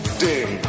ding